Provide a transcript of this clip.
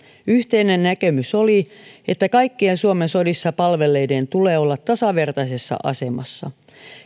yhteinen näkemys oli että kaikkien suomen sodissa palvelleiden tulee olla tasavertaisessa asemassa